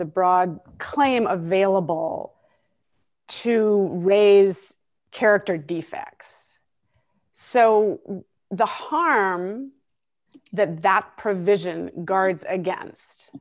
the broad claim available to raise character defects so the harm that that provision guard against